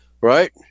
right